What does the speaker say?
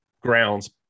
grounds